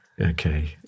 Okay